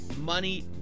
money